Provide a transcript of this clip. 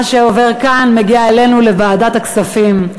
מה שעובר כאן מגיע אלינו לוועדת הכספים.